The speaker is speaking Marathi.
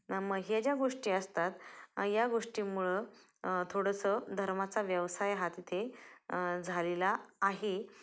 हे ज्या गोष्टी असतात या गोष्टीमुळं थोडंसं धर्माचा व्यवसाय हा तिथे झालेला आहे